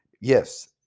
Yes